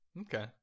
Okay